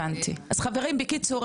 הבנתי, אז חברים בקיצור,